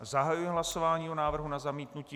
Zahajuji hlasování o návrhu na zamítnutí.